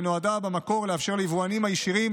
ונועדה במקור לאפשר ליבואנים הישירים